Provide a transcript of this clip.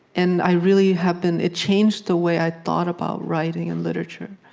and i really have been it changed the way i thought about writing and literature,